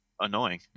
annoying